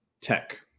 Tech